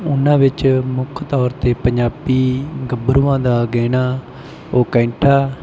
ਉਨ੍ਹਾਂ ਵਿੱਚ ਮੁੱਖ ਤੌਰ 'ਤੇ ਪੰਜਾਬੀ ਗੱਭਰੂਆਂ ਦਾ ਗਹਿਣਾ ਉਹ ਕੈਂਠਾ